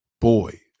boy